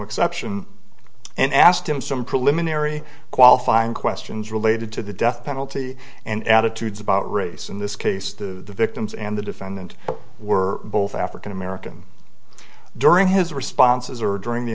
exception and asked him some preliminary qualifying questions related to the death penalty and attitudes about race in this case the victims and the defendant were both african american during his responses or during the